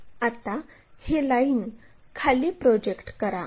आता ही लाईन खाली प्रोजेक्ट करा